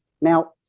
Now